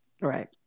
right